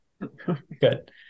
good